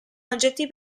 oggetti